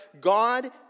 God